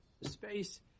space –